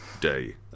day